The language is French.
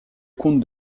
comte